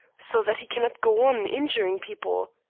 so that he cannot go on injuring people?